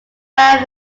band